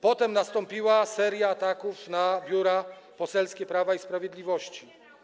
Potem nastąpiła seria ataków na biura poselskie Prawa i Sprawiedliwości.